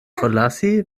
forlasi